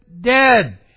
dead